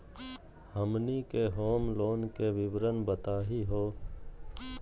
हमनी के home loan के विवरण बताही हो?